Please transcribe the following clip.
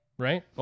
Right